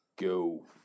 Go